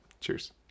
cheers